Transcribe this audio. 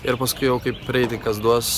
ir paskui jau kaip reitingas duos